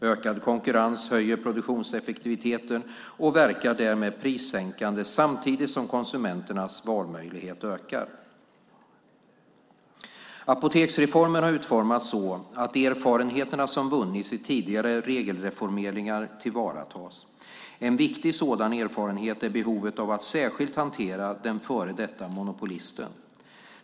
Ökad konkurrens höjer produktionseffektiviteten och verkar därmed prissänkande samtidigt som konsumenternas valmöjligheter ökar. Apoteksreformen har utformats så att erfarenheterna som vunnits i tidigare regelreformeringar tillvaratas. En viktig sådan erfarenhet är behovet av att särskilt hantera den före detta monopolisten.